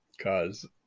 Cause